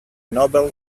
nobel